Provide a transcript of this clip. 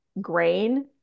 grain